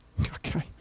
Okay